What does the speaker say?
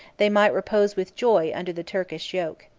they might repose with joy under the turkish yoke.